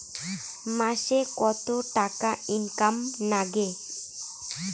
মাসে কত টাকা ইনকাম নাগে?